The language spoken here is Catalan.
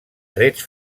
trets